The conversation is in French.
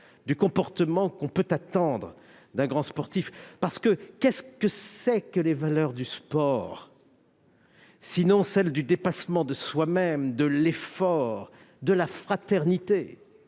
du comportement que l'on peut attendre d'un grand sportif. Quelles sont en effet les valeurs du sport, sinon celles du dépassement de soi-même, de l'effort, de la fraternité